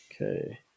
Okay